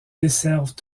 desservent